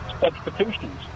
substitutions